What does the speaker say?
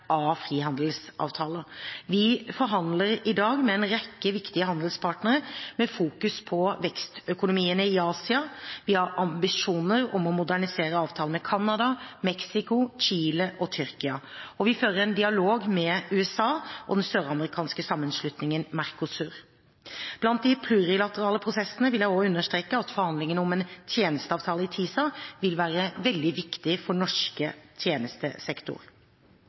frihandelsavtaler. Vi forhandler i dag med en rekke viktige handelspartnere, med fokus på vekstøkonomiene i Asia. Vi har ambisjoner om å modernisere avtalene med Canada, Mexico, Chile og Tyrkia. Vi fører en dialog med USA og den søramerikanske sammenslutningen Mercosur. Blant de plurilaterale prosessene vil jeg også understreke at forhandlingene om en tjenesteavtale i TISA vil være veldig viktig for norsk tjenestesektor.